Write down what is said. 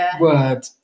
word